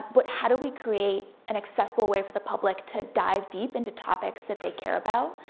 but how do we create an accessible way for the public to dive deep into topics that they care about?